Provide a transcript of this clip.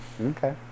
Okay